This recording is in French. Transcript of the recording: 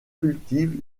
cultive